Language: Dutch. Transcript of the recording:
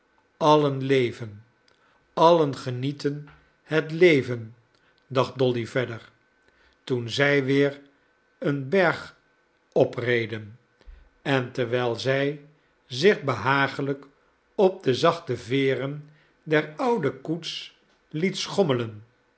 allen leven allen genieten het leven dacht dolly verder toen zij weer een berg opreden en terwijl zij zich behagelijk op de zachte veeren der oude koets liet schommelen